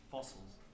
Fossils